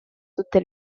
tutte